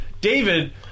David